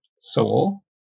soul